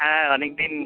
হ্যাঁ অনেক দিন